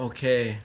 Okay